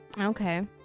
Okay